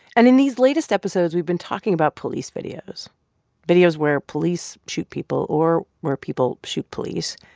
and in these latest episodes, we've been talking about police videos videos where police shoot people or where people shoot police.